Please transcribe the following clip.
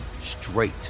straight